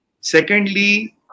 Secondly